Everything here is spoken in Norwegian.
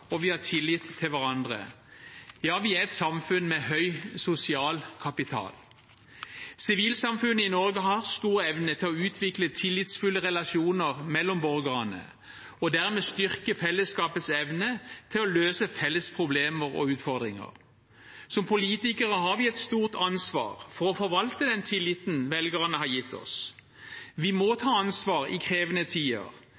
og vi har tillit til hverandre. Ja, vi er et samfunn med høy sosial kapital. Sivilsamfunnet i Norge har stor evne til å utvikle tillitsfulle relasjoner mellom borgerne og dermed styrke fellesskapets evne til å løse felles problemer og utfordringer. Som politikere har vi et stort ansvar for å forvalte den tilliten velgerne har gitt oss. Vi må